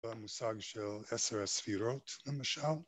‫במושג של עשר הספירות, למשל.